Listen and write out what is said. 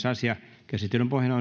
asia käsittelyn pohjana